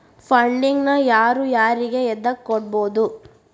Funding ನ ಯಾರು ಯಾರಿಗೆ ಎದಕ್ಕ್ ಕೊಡ್ಬೊದು?